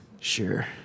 Sure